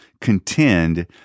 contend